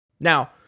Now